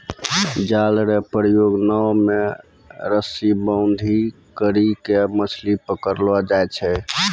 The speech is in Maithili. जाल रो प्रयोग नाव मे रस्सी बांधी करी के मछली पकड़लो जाय छै